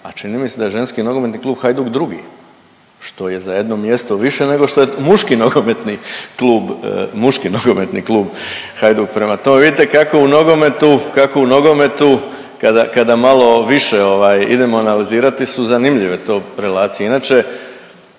a čini mi se da je ženski NK Hajduk drugi, što je za jedno mjesto više nego što je muški NK, muški NK Hajduk. Prema tome, vidite kako u nogometu, kako u nogometu kada, kada malo više ovaj idemo analizirati su zanimljive to relacije,